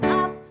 up